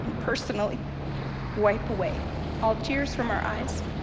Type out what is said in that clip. personally wipe away all tears from our eyes.